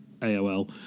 aol